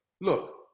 Look